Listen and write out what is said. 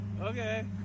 Okay